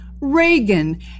Reagan